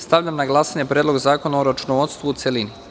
Stavljam na glasanje Predlog zakona o računovodstvu, u celini.